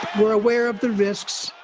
we're aware of the risks.